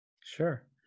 sure